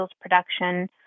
production